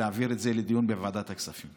להעביר את זה לדיון בוועדת הכספים.